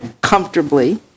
comfortably